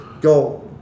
go